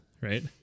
right